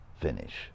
finish